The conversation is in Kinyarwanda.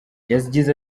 yagize